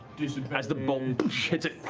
as the bolt hits it,